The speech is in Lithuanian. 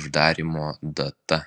uždarymo data